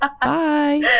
Bye